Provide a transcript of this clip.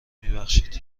میبخشید